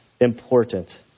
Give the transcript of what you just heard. important